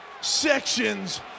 sections